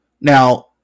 Now